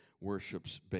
worships